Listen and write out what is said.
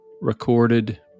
recorded